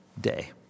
day